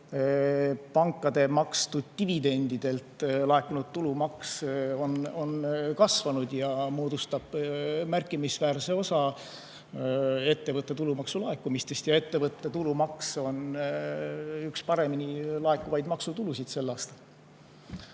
pankade makstud dividendidelt laekunud tulumaks on kasvanud ja moodustab märkimisväärse osa ettevõtte tulumaksu laekumistest. Ettevõtte tulumaks on üks paremini laekuvaid maksutulusid sel aastal.